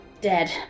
dead